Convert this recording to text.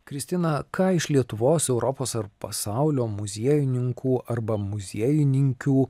kristina ką iš lietuvos europos ar pasaulio muziejininkų arba muziejininkių